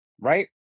Right